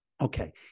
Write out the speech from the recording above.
okay